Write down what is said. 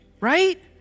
right